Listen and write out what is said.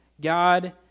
God